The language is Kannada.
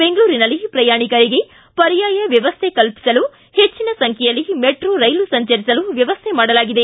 ಬೆಂಗಳೂರಿನಲ್ಲಿ ಪ್ರಯಾಣಿಕರಿಗೆ ಪರ್ಯಾಯ ವ್ಯವಸ್ಟೆ ಕಲ್ಪಿಸಲು ಹೆಚ್ಚಿನ ಸಂಖ್ಯೆಯಲ್ಲಿ ಮೆಟ್ರೋ ರೈಲು ಸಂಚರಿಸಲು ವ್ಯವಸ್ಥೆ ಮಾಡಲಾಗಿದೆ